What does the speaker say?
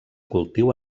cultiu